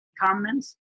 comments